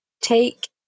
take